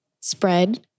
spread